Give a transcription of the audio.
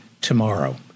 tomorrow